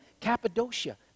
Cappadocia